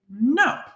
No